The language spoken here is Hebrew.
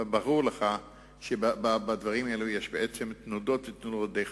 וברור לך שבדברים האלה יש בעצם תנודות די חזקות.